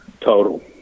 total